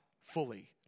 fully